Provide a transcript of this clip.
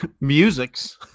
musics